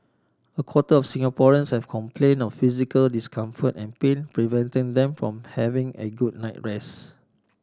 a quarter of Singaporeans have complain of physical discomfort and pain preventing them from having a good night rest